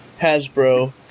Hasbro